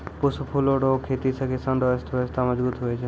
पुष्प फूलो रो खेती से किसान रो अर्थव्यबस्था मजगुत हुवै छै